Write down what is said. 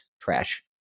trash